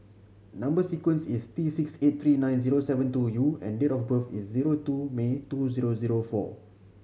number sequence is T six eight three nine zero seven two U and date of birth is zero two May two zero zero four